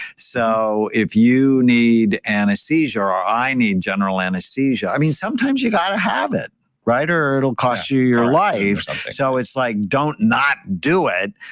so if you need anesthesia or i need general anesthesia, i mean sometimes you got to have it right or it'll cost you your life so it's like, don't not do it,